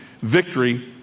victory